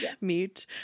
meet